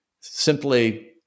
simply